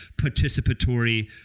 participatory